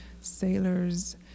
sailors